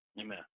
Amen